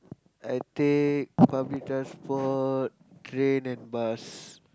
I take public transport train and bus